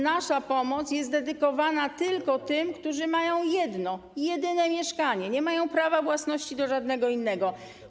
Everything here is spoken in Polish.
Nasza pomoc jest dedykowana tylko tym, którzy mają jedno mieszkanie, nie mają prawa własności do żadnego innego.